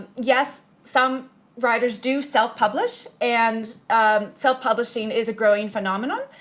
yes, some writers do self publish and self publishing is a growing phenomenon.